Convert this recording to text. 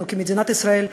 אנחנו כמדינת ישראל,